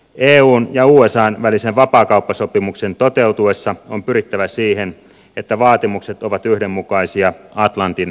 eun ja usan välisen vapaakauppasopimuksen toteutuessa on pyrittävä siihen että vaatimukset ovat yhdenmukaisia atlantin molemmin puolin